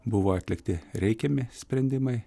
buvo atlikti reikiami sprendimai